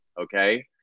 Okay